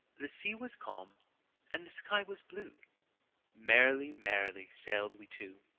the sea was calm and the sky was blue merrily, merrily sailed we two.